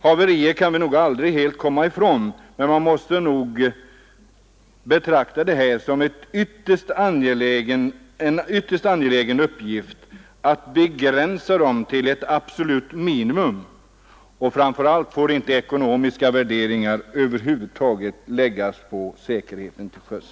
Haverier kan vi aldrig helt komma ifrån, men det måste vara en ytterst angelägen uppgift att begränsa dem till ett absolut minimum. Framför allt får ekonomiska värderingar över huvud taget inte läggas på säkerheten till sjöss.